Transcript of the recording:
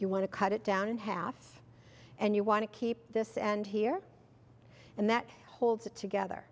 you want to cut it down in half and you want to keep this and here and that holds it together